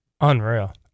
Unreal